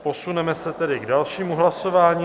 Posuneme se tedy k dalšímu hlasování.